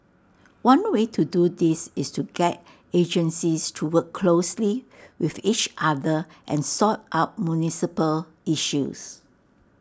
one way to do this is to get agencies to work closely with each other and sort out municipal issues